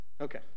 Okay